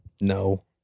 no